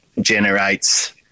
generates